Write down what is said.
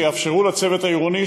שיאפשרו לצוות העירוני,